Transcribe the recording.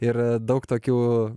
ir daug tokių